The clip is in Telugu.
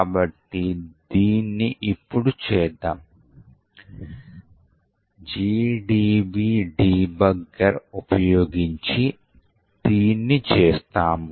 కాబట్టి దీన్ని ఇప్పుడు చేద్దాం GDB డీబగ్గర్ ఉపయోగించి దీన్ని చేస్తాము